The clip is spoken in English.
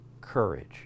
courage